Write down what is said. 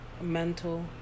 mental